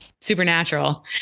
Supernatural